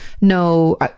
no